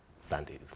Sundays